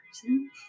person